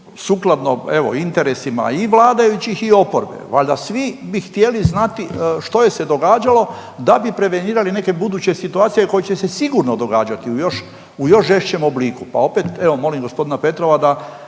sukladno evo interesima i vladajućih i oporbe, valjda svi bi htjeli znati što je se događalo da bi prevenirali neke buduće situacije koje će se sigurno događati u još žešćem obliku, pa opet evo molim gospodina Petrova da